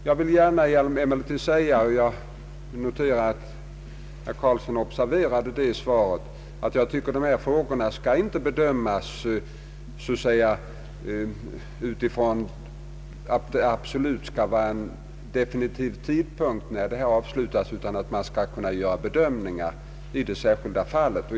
Jag vill gärna säga — och jag noterar att herr Carlsson observerade det i mitt svar — att jag inte tycker att dessa frågor skall bedömas från den utgångspunkten att arbetena måste avslutas vid en definitiv tidpunkt, utan att man skall kunna göra avvägningar i det särskilda fallet.